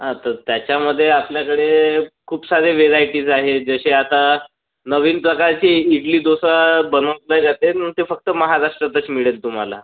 हा तर त्याच्यामध्ये आपल्याकडे खूप साऱ्या व्हेरायटिज आहेत जसे आता नवीन प्रकारची इडली डोसा बनवला जाते मग ते फक्त महाराष्ट्रातच मिळेल तुम्हाला